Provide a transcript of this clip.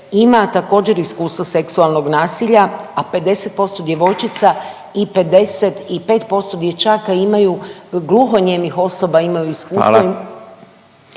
ima također iskustvo seksualnog nasilja, a 50% djevojčica i 55% dječaka imaju gluhonijemih osoba imaju iskustvo …